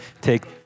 take